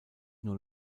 nur